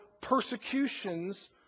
persecutions